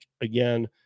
again